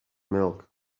milk